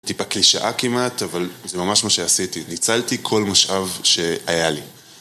טיפקי שעה כמעט, אבל זה ממש מה שעשיתי. ניצלתי כל משאב שהיה לי.